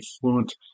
fluent